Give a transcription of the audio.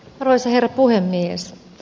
arvoisa herra puhemies